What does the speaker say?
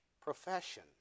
profession